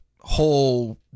whole